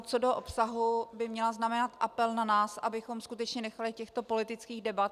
Co do obsahu by měla znamenat apel na nás, abychom skutečně nechali těchto politických debat.